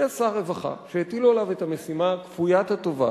יש שר רווחה שהטילו עליו את המשימה כפוית הטובה